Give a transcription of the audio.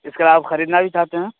اس کا آپ خریدنا بھی چاہتے ہیں